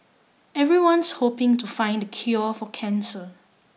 everyone's hoping to find the cure for cancer